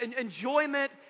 enjoyment